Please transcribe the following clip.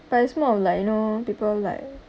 but it's more of like you know people like